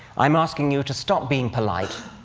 i'm asking you to stop being polite,